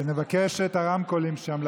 נבקש להגביר את הרמקולים שם.